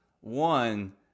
one